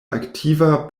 aktiva